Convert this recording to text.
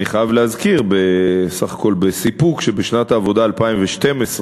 אני חייב להזכיר בסיפוק שבשנת העבודה 2012,